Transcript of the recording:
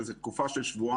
שזו תקופה של שבועיים,